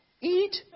eat